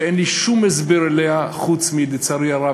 שאין לי שום הסבר בשבילה, לצערי הרב.